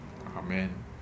Amen